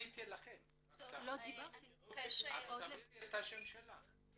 --- תעבירי את השם שלך.